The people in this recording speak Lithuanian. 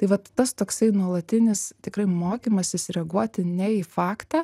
tai vat tas toksai nuolatinis tikrai mokymasis reaguoti ne į faktą